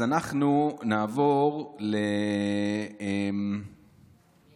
אנחנו נעבור למי